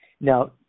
Now